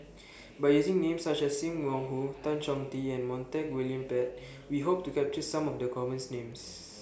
By using Names such as SIM Wong Hoo Tan Chong Tee and Montague William Pett We Hope to capture Some of The commons Names